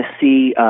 see